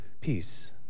peace